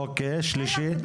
אוקיי, נקודה שלישית?